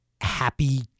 happy